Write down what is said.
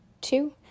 Two